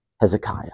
Hezekiah